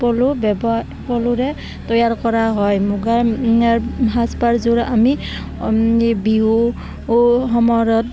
পলু ব্যৱহাৰ পলুৰে তৈয়াৰ কৰা হয় মুগাৰ সাজপাৰযোৰা আমি আমি বিহুৰ সময়ত